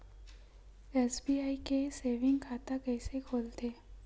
SBI के saving खाता कइसे खोलथे?